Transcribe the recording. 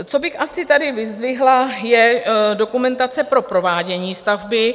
Co bych asi tady vyzdvihla je dokumentace pro provádění stavby.